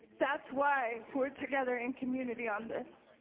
that's why we're together in community on this.